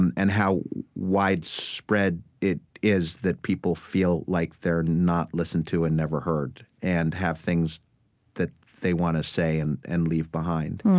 and and how widespread it is that people feel like they're not listened to and never heard, and have things that they want to say and and leave behind.